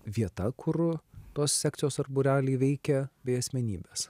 vieta kur tos sekcijos ar būreliai veikia bei asmenybės